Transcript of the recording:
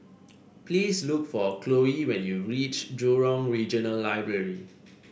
please look for Cloe when you reach Jurong Regional Library